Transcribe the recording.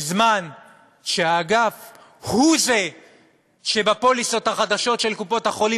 בזמן שהאגף הוא שבפוליסות החדשות של קופות-החולים